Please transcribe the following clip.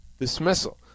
dismissal